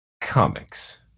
comics